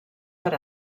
per